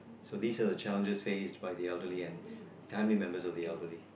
so these are the challenges faced by the elderly and timely members of the elderly